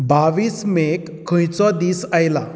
बावीस मेक खंयचो दीस आयला